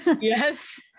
Yes